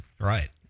Right